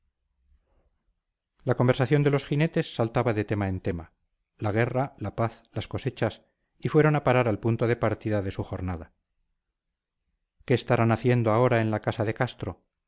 la conversación de los jinetes saltaba de tema en tema la guerra la paz las cosechas y fueron a parar al punto de partida de su jornada qué estarán haciendo ahora en la casa de castro